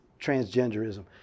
transgenderism